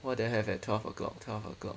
what did I have at twelve o'clock twelve o'clock